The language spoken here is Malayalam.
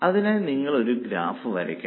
അതിനായി നിങ്ങൾ എങ്ങനെ ഒരു ഗ്രാഫ് വരയ്ക്കും